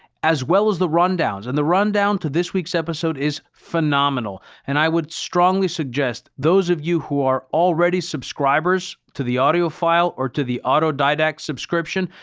as well as the rundowns. and the rundown to this week's episode is phenomenal. and i would strongly suggest those of you who are already subscribers to the audiophile or to the autodidact subscription,